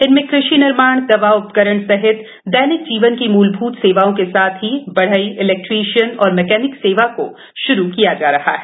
इनमें कृषि निर्माण दवा उ करण सहित दैनिक जीवन की मुलभूत सेवाओं के साथ ही बढ़ई इलेक्ट्रीशियन और मैकेनिक सेवा को श्रू किया जा रहा है